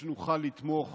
כך שנוכל לתמוך